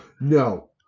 No